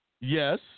yes